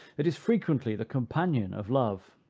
it is frequently the companion of love.